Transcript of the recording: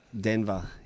Denver